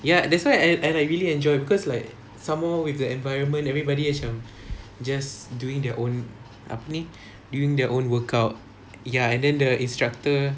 ya that's why I I like really enjoy because like somemore with the environment everybody macam just doing their own apa ni doing their own workout ya and then the instructor